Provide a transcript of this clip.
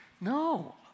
No